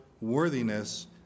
worthiness